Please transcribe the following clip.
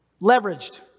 leveraged